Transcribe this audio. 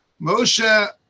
Moshe